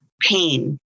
pain